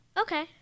Okay